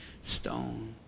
stone